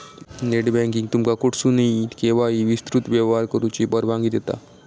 net banking तुमका कुठसूनही, केव्हाही विस्तृत व्यवहार करुची परवानगी देता